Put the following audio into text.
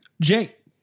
Jake